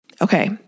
Okay